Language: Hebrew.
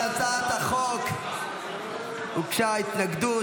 להצעת החוק הוגשה התנגדות.